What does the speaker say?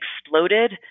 exploded